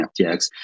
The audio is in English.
FTX